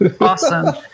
awesome